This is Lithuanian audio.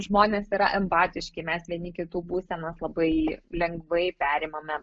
žmonės yra empatiški mes vieni kitų būsenas labai lengvai perimame